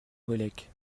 relecq